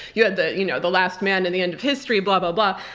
you had the you know the last man and the end of history, blah blah blah.